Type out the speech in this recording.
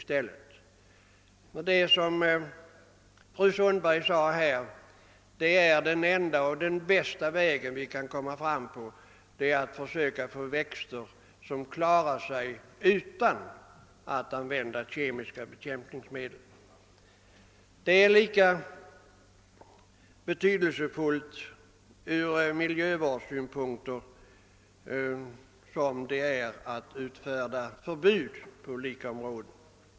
Såsom fru Sundberg sade är den bästa metoden att försöka åstadkomma växter som klarar sig utan att vi använder kemiska bekämpningsmedel. Detta är lika betydelsefullt från miljövårdssynpunkt som det är att utfärda förbud på olika områden.